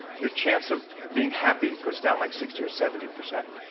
your chance of being happy goes down like sixty or seventy percent.